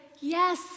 yes